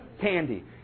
candy